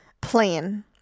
plan